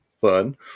fun